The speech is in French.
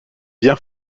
bien